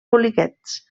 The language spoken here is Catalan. poliquets